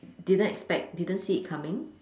didn't expect didn't see it coming